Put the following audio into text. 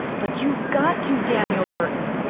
but you've got to, daniel burton.